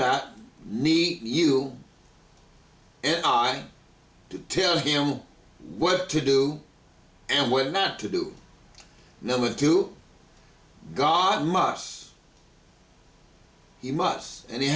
not need you and i to tell him what to do and what not to do number two god must he must an